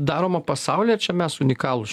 daroma pasaulyje čia mes unikalūs